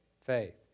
faith